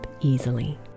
easily